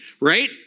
right